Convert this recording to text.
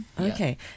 Okay